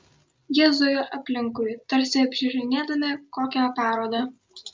jie zujo aplinkui tarsi apžiūrinėdami kokią parodą